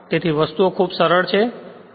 તેથી વસ્તુઓ ખૂબ સરળ છે વસ્તુઓ એકદમ સરળ છે